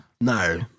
No